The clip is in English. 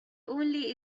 only